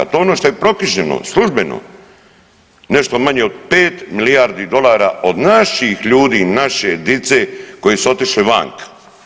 To je ono što je proknjiženo službeno, nešto manje od 5 milijardi dolara od naših ljudi, naše dice koji su otišli vanka.